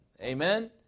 Amen